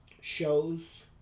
shows